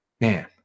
man